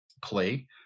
clay